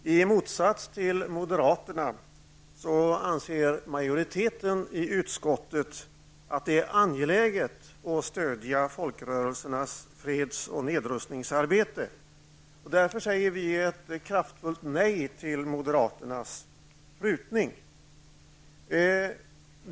Herr talman! I motsats till moderaterna anser majoriteten i utskottet att det är angeläget att stödja folkrörelsernas freds och nedrustningsarbete. Därför säger vi ett kraftfullt nej till moderaternas prutning.